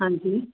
ਹਾਂਜੀ